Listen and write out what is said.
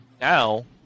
Now